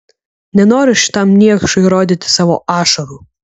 nenoriu šitam niekšui rodyti savo ašarų